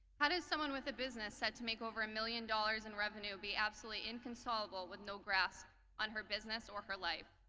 how does someone with a business set to make over a million dollars in revenue be absolutely inconsolable with no grasp on her business or her life?